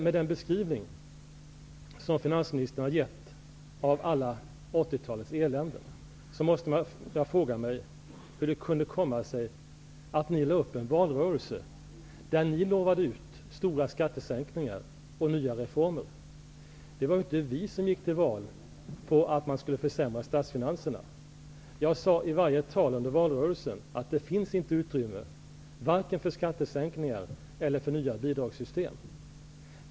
Med den beskrivning som finansministern har gett av alla 80-talets eländen måste jag fråga mig hur det kunde komma sig att ni lade upp en valrörelse där ni utlovade stora skattesänkningar och nya reformer. Det var inte Socialdemokraterna som gick till val på att man skulle försämra statsfinanserna. I varje tal under valrörelsen sade jag att det inte fanns utrymme för vare sig skattesänkningar eller nya bidragssystem.